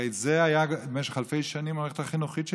הרי זה היה במשך אלפי שנים המערכת החינוכית שלנו,